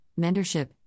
mentorship